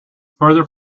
further